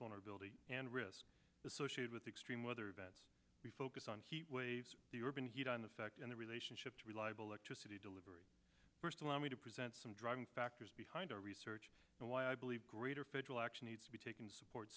vulnerability and risks associated with extreme weather events we focus on heat waves the urban heat island effect and the relationship to reliable electricity delivery first allow me to present some driving factors behind our research and why i believe greater federal action needs to be taken support